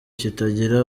kitagira